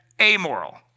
amoral